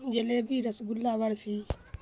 jalebi rasgulla barfi